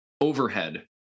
overhead